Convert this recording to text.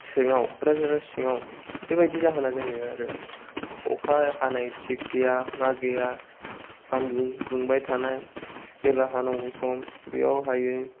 सिङाव क'क्राझारनि सिङाव बेबायदि जाहोना जायो आरो अखा हानाय थिग गैया मा गैया सानदुं दुंबाय थानाय जेब्ला हानांगौ सम बेयाव हायै